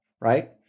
right